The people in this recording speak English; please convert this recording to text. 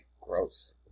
Gross